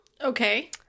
Okay